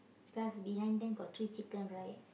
cause behind them got three chicken right